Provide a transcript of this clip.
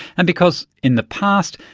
and because, in the past,